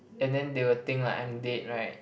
and then they will think like I am dead right